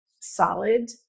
solid